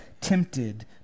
tempted